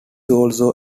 also